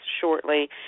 shortly